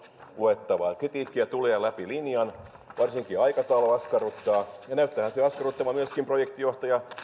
luettavaa kritiikkiä tulee läpi linjan varsinkin aikataulu askarruttaa ja näyttäähän se askarruttavan myöskin projektinjohtaja